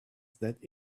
that